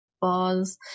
bars